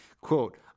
Quote